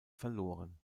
verloren